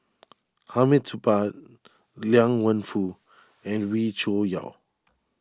Hamid Supaat Liang Wenfu and Wee Cho Yaw